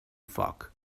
foc